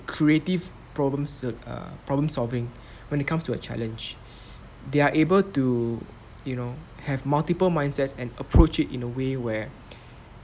creative problem ser~ err problem solving when it comes to a challenge they are able to you know have multiple mindsets and approach it in a way where